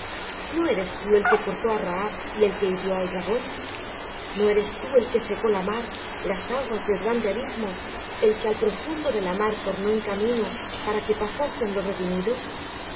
no eres tú el que cortó á rahab y el que hirió al dragón no eres tú el que secó la mar las aguas del grande abismo el que al profundo de la mar tornó en camino para que pasasen los redimidos